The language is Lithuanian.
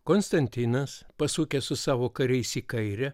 konstantinas pasukęs su savo kariais į kairę